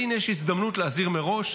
הינה, יש הזדמנות להזהיר מראש.